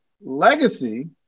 legacy